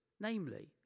Namely